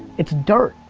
it's dirt.